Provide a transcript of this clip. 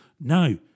no